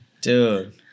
Dude